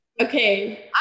Okay